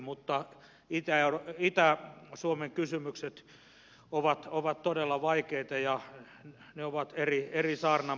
mutta itä suomen kysymykset ovat todella vaikeita ja ne ovat eri saarnan paikka